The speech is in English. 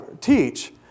teach